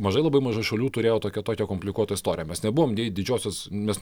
mažai labai maža šalių turėjo tokią tokią komplikuotą istoriją mes nebuvom nei didžiosios mes